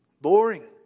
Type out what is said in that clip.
boring